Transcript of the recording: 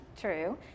true